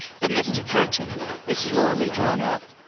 the misty curtain is slowly drawn up,